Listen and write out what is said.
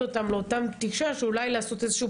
יוצאים